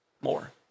more